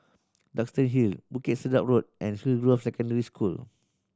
Duxton Hill Bukit Sedap Road and Hillgrove Secondary School